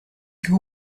who